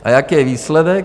A jaký je výsledek?